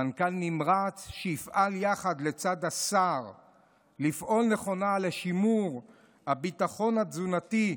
מנכ"ל נמרץ שיפעל יחד לצד השר לפעול נכונה לשימור הביטחון התזונתי,